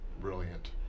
brilliant